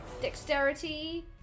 dexterity